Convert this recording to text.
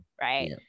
right